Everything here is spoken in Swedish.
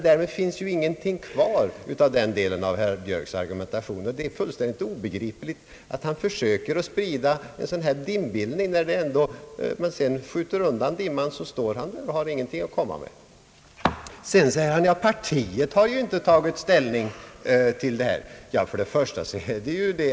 Därmed finns ingenting kvar av den delen av herr Björks argumentation. Det är fullständigt obegripligt att han försöker sprida en sådan här dimbildning. När man sedan skjuter undan dimman, står han där och har ingenting att komma med. Sedan säger herr Björk att partiet inte har tagit ställning till detta.